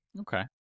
Okay